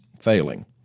failing